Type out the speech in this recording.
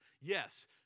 Yes